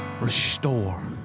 Restore